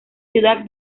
ciudad